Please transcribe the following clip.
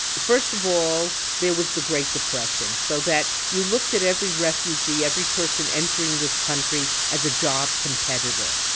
first of all, there was the great depression, so that you looked at every refugee, every person entering this country as a job competitor.